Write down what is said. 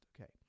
okay